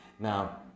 Now